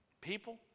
People